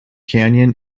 canyon